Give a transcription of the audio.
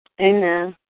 Amen